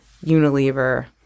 Unilever